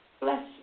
bless